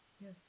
Yes